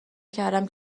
کردم